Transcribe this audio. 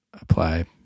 apply